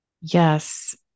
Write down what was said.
Yes